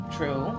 True